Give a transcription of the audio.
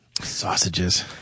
Sausages